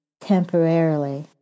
temporarily